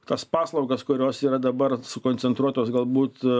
tas paslaugas kurios yra dabar sukoncentruotos galbūt